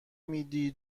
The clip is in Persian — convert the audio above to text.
میدی